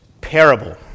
parable